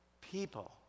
people